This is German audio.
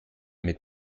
mit